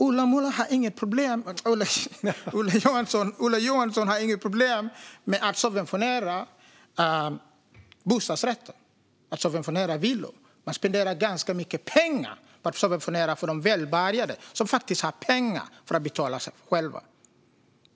Ola Johansson har inget problem med att subventionera bostadsrätter och villor. Han spenderar ganska mycket pengar på att subventionera för de välbärgade, som faktiskt har pengar för att betala själva.